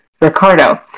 Ricardo